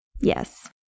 yes